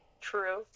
true